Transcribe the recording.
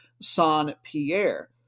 Saint-Pierre